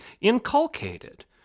inculcated